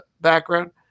background